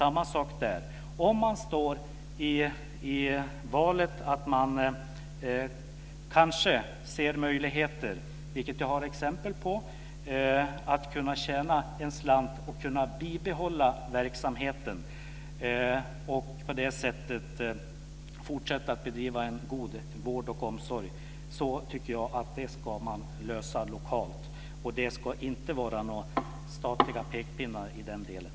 Om man, vilket jag har exempel på, står i en valsituation där man kanske ser möjligheter att kunna tjäna en slant, kunna bibehålla verksamheten och på det sättet fortsätta att bedriva en god vård och omsorg tycker jag att man ska lösa det lokalt. Det ska inte vara några statliga pekpinnar i den delen.